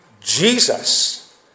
Jesus